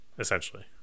essentially